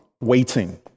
waiting